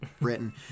Britain